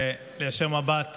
להישיר מבט